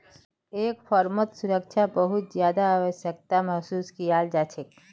एक फर्मत सुरक्षा बहुत ज्यादा आवश्यकताक महसूस कियाल जा छेक